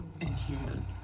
inhuman